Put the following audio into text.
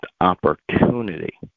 opportunity